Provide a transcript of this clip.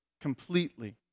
completely